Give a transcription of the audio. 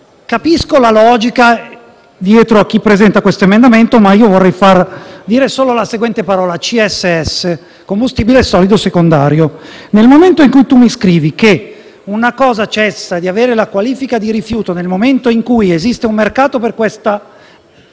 Capisco la logica che sta dietro alla presentazione di questo emendamento, ma io vorrei pronunciare solo la seguente parola: CSS, ossia combustibile solido secondario. Nel momento in cui si scrive che una cosa cessa di avere la qualifica di rifiuto; nel momento in cui esiste un mercato per questa